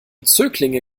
zöglinge